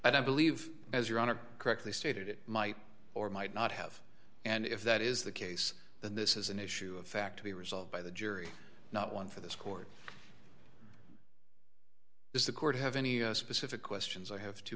i believe as your honor correctly stated it might or might not have and if that is the case then this is an issue of fact to be resolved by the jury not one for this court is the court have any specific questions i have two